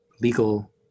legal